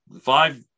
five